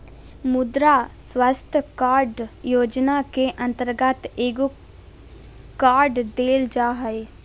मुद्रा स्वास्थ कार्ड योजना के अंतर्गत एगो कार्ड देल जा हइ